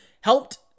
helped